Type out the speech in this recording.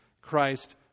Christ